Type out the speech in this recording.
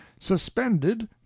suspended